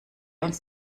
uns